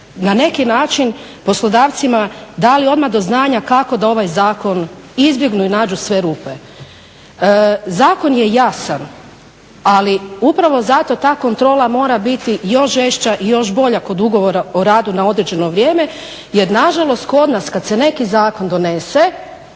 na neki način poslodavcima dali odmah do znanja kako da ovaj zakon izbjegnu i nađu sve rupe. Zakon je jasan, ali upravo zato ta kontrola mora biti još žešća i još bolja kod ugovora o radu na određeno vrijeme jer nažalost kod nas kad se neki zakon donese